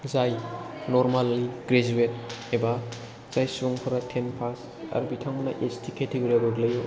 जाय नर्मेलि ग्रेजुवेट एबा जाय सुबुंफोरा टेन पास आरो बिथांमोना एस टि केटेग'रिआव गोग्लैयो